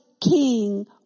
king